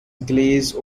glaze